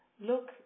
Look